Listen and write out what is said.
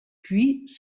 puis